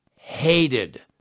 hated